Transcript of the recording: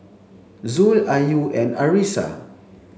Zul Ayu and Arissa